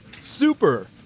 Super